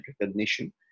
recognition